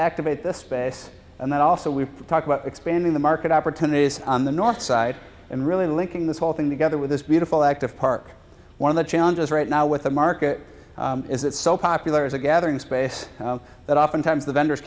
activate this space and that also we talk about expanding the market opportunities on the north side and really linking this whole thing together with this beautiful active park one of the challenges right now with the market is it so popular is a gathering space that oftentimes the vendors